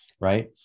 right